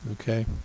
Okay